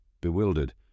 Bewildered